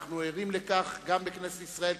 אנחנו ערים לכך גם בכנסת ישראל,